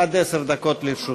עד עשר דקות לרשותך.